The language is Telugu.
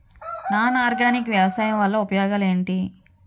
నాన్ ఆర్గానిక్ వ్యవసాయం వల్ల ఉపయోగాలు ఏంటీ?